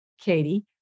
Katie